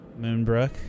Moonbrook